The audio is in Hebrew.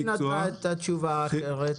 היא נתנה תשובה אחרת.